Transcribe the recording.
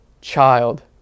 child